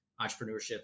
entrepreneurship